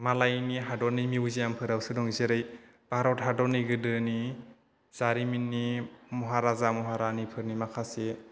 मालायनि हादरनि मिउजियामफोरावसो दं जेरै भारत हादरनि गोदोनि जारिमिननि महाराजा महारानिफोरनि माखासे